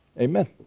Amen